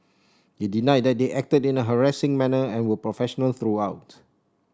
it denied that they acted in a harassing manner and were professional throughout